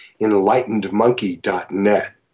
enlightenedmonkey.net